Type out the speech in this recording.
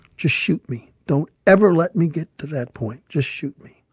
just shoot me. don't ever let me get to that point. just shoot me.